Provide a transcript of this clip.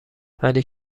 ولی